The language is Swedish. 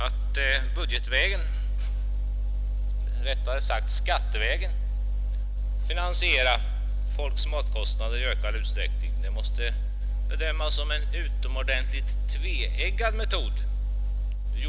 Att i ökad utsträckning skattevägen finansiera folks matkostnader måste från jordbrukets synpunkt bedömas som en tveeggad metod.